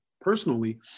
personally